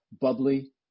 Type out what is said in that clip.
bubbly